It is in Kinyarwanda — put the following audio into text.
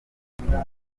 igihombo